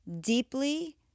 Deeply